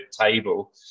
table